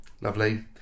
lovely